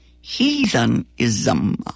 heathenism